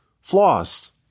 flaws